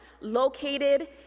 located